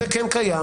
זה כן קיים.